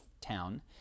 town